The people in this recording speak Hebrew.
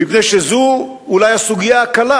מפני שזאת אולי הסוגיה הקלה.